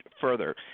further